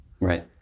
Right